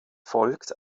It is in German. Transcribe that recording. folgt